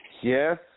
Yes